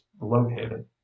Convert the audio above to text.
located